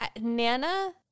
Nana